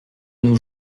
nous